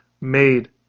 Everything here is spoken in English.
made